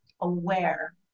aware